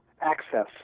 access